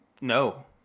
no